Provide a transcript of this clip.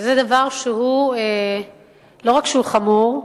זה דבר שלא רק שהוא חמור,